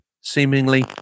Seemingly